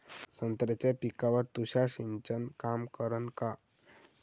संत्र्याच्या पिकावर तुषार सिंचन काम करन का?